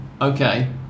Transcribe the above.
Okay